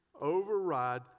override